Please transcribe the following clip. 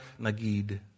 Nagid